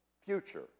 future